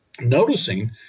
noticing